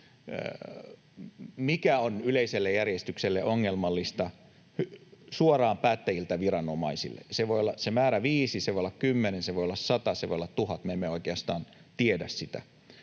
mikä on yleiselle järjestykselle ongelmallista, suoraan päättäjiltä viranomaisille. Se määrä voi olla viisi, se voi olla kymmenen, se voi olla sata, se voi olla tuhat, me emme oikeastaan tiedä sitä.